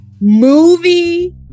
movie